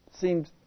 seems